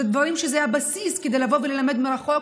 אלה דברים שהם הבסיס כדי לבוא וללמד מרחוק,